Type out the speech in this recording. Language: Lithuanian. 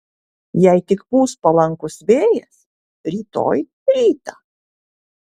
jei tik pūs palankus vėjas rytoj rytą